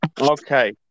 Okay